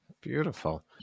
Beautiful